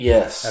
Yes